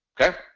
Okay